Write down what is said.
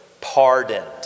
pardoned